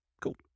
Cool